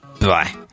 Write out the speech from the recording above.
Bye